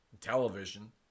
television